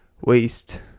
Waste